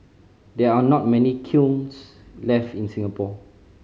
there are not many kilns left in Singapore